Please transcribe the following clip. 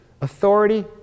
authority